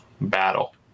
battle